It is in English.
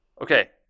Okay